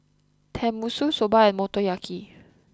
Tenmusu Soba and Motoyaki